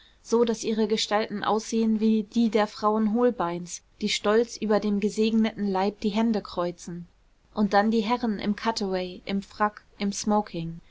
so daß ihre gestalten aussehen wie die der frauen holbeins die stolz über dem gesegneten leib die hände kreuzen und dann die herren im cutaway im frack im smoking